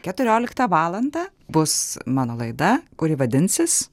keturioliktą valandą bus mano laida kuri vadinsis